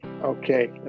Okay